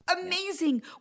Amazing